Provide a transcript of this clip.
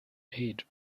aid